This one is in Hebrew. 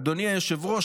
אדוני היושב-ראש,